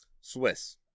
Swiss